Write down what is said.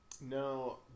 No